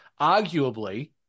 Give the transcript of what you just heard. arguably